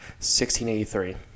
1683